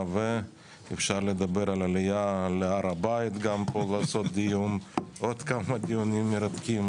אפשר לדבר גם על עלייה להר הבית ועוד כמה דיונים מרתקים.